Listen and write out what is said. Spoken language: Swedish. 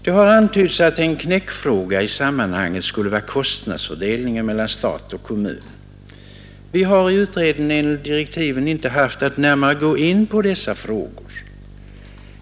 Det har antytts att en knäckfråga i sammanhanget skulle vara kostnadsfördelningen mellan stat och kommun. Vi har enligt direktiven för utredningen inte haft att gå närmare in på dessa frågor.